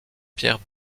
pierre